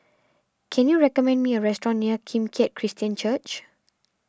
can you recommend me a restaurant near Kim Keat Christian Church